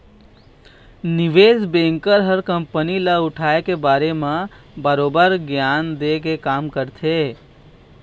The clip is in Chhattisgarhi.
निवेस बेंकर ह कंपनी ल उठाय के बारे म बरोबर गियान देय के काम करथे